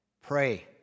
Pray